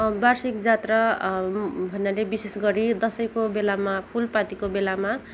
वार्षिक जात्रा भन्नाले विशेष गरी दसैँको बेलामा फुलपातीको बेलामा